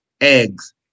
eggs